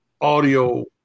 audio